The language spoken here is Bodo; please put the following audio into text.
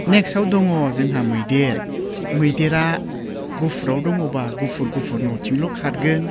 नेक्स्टआव दङ जोंहा मैदेर मैदेरा गुफुराव दङबा गुफुर गुफुर नथिंल' खारगोन